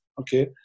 Okay